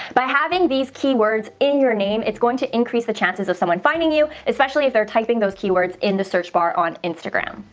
by having these keywords in your name, it's going to increase the chances of someone finding you, especially if they're typing those keywords in the search bar on instagram.